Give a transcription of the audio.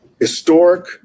historic